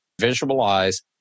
visualize